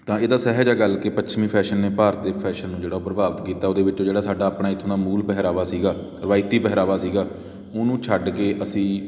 ਤਾਂ ਇਹ ਤਾਂ ਸਹਿਜ ਹੈ ਗੱਲ ਕਿ ਪੱਛਮੀ ਫ਼ੈਸ਼ਨ ਨੇ ਭਾਰਤ ਦੇ ਫ਼ੈਸ਼ਨ ਨੂੰ ਜਿਹੜਾ ਉਹ ਪ੍ਰਭਾਵਿਤ ਕੀਤਾ ਉਹਦੇ ਵਿੱਚੋਂ ਜਿਹੜਾ ਸਾਡਾ ਆਪਣਾ ਇੱਥੋਂ ਦਾ ਮੂਲ ਪਹਿਰਾਵਾ ਸੀਗਾ ਰਵਾਇਤੀ ਪਹਿਰਾਵਾ ਸੀਗਾ ਉਹਨੂੰ ਛੱਡ ਕੇ ਅਸੀਂ